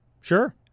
Sure